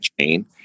chain